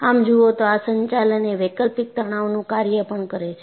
આમ જુઓ તો આ સંચાલન એ વૈકલ્પિક તણાવનું કાર્ય પણ કરે છે